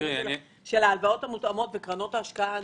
של ההלוואות המותאמות וקרנות ההשקעה.